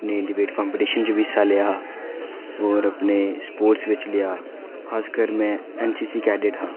ते में डिबेट्स च हिस्सा लेआ होर अपने स्पोर्ट्स बिच लेआ खास करियै में एनसीसी कैडेट्स हा